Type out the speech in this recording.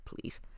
please